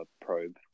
probe